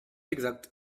exact